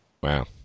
Wow